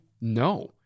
No